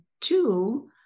two